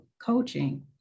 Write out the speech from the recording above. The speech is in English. Coaching